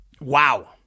wow